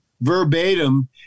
verbatim